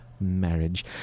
marriage